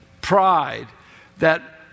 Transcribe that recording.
pride—that